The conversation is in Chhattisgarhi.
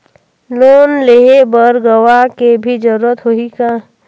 लोन लेहे बर गवाह के भी जरूरत होही का?